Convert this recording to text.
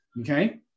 Okay